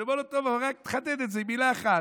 אני אומר לו: טוב, אבל רק תחדד את זה, מילה אחת.